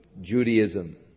Judaism